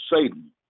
Satan